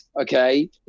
Okay